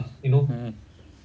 mm